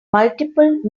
multiple